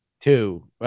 Two